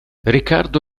ricardo